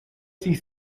sich